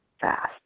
fast